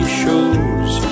shows